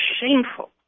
shameful